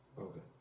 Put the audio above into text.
okay